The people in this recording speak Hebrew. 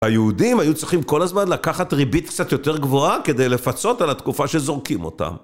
היהודים היו צריכים כל הזמן לקחת ריבית קצת יותר גבוהה כדי לפצות על התקופה שזורקים אותם.